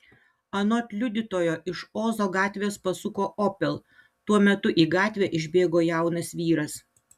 anot liudytojo iš ozo gatvės pasuko opel tuo metu į gatvę išbėgo jaunas vyras